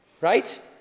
right